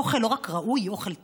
אוכל לא רק ראוי, אוכל טוב.